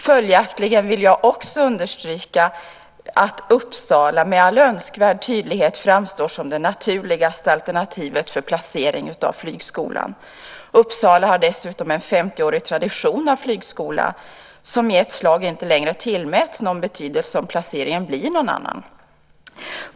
Följaktligen vill jag också understryka att Uppsala med all önskvärd tydlighet framstår som det naturligaste alternativet för placering av flygskolan. Uppsala har dessutom en femtioårig tradition av flygskola som i ett slag inte längre tillmäts någon betydelse om placeringen blir någon annan.